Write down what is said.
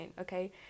okay